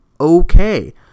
okay